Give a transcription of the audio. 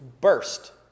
burst